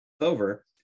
over